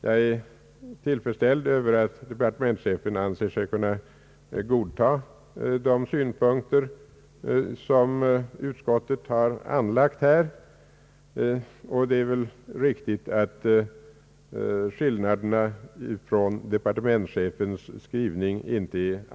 Jag är tillfredsställd över att departementschefen anser sig kunna godta de synpunkter som utskottet har anlagt här, och det är väl riktigt att utskottets skrivning inte skiljer sig så mycket från departementschefens skrivning.